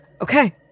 Okay